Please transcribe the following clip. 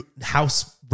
House